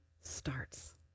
starts